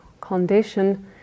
condition